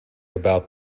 about